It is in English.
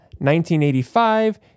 1985